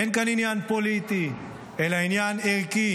אין כאן עניין פוליטי, אלא עניין ערכי.